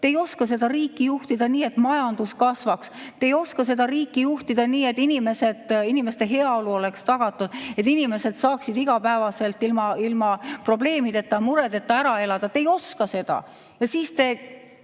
Te ei oska seda riiki juhtida nii, et majandus kasvaks, te ei oska seda riiki juhtida nii, et inimeste heaolu oleks tagatud, et inimesed saaksid igapäevaselt ilma probleemideta ja muredeta ära elada. Te ei oska seda! Te